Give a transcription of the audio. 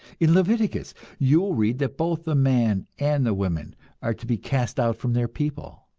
in leviticus you will read that both the man and the woman are to be cast out from their people.